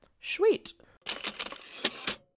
sweet